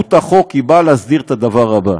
מהות החוק באה להסדיר את הדבר הבא,